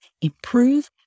improve